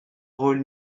rôle